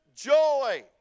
joy